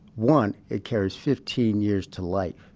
one it carries fifteen years to life,